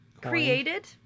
created